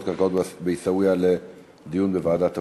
קרקעות בעיסאוויה לדיון בוועדת הפנים.